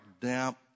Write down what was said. damp